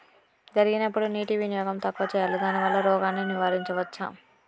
జరిగినప్పుడు నీటి వినియోగం తక్కువ చేయాలి దానివల్ల రోగాన్ని నివారించవచ్చా?